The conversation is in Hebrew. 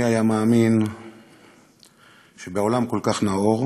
מי היה מאמין שבעולם כל כך נאור